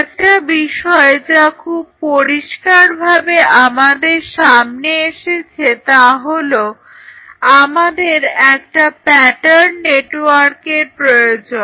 একটা বিষয় যা খুব পরিস্কারভাবে আমাদের সামনে এসেছে তা হলো আমাদের একটা প্যাটার্ন নেটওয়ার্কের প্রয়োজন